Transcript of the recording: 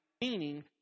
meaning